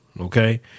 Okay